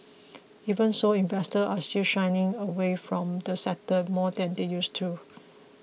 even so investors are still shying away from the sector more than they used to